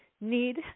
need